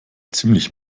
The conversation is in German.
ziemlich